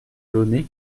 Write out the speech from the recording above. launay